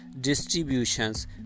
distributions